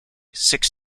six